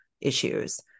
issues